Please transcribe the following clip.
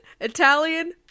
Italian